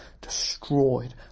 destroyed